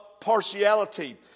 partiality